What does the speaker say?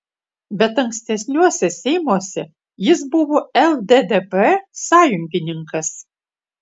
bet ankstesniuose seimuose jis buvo lddp sąjungininkas